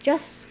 just